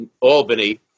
Albany